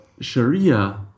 Sharia